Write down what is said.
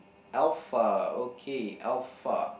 Alpha okay Alpha